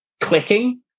clicking